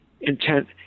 intent